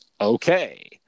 Okay